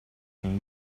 can